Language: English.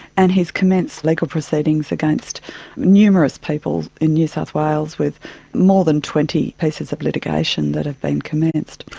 and he has commenced legal proceedings against numerous people in new south wales with more than twenty pieces of litigation that have been commenced.